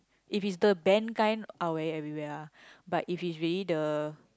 if it's the band kind I'll wear it everywhere ah but if it's really the